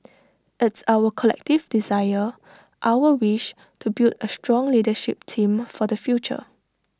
it's our collective desire our wish to build A strong leadership team for the future